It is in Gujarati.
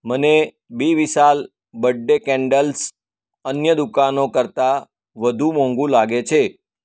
મને બી વિશાલ બર્થડે કેન્ડલસ અન્ય દુકાનો કરતાં વધુ મોંઘુ લાગે છે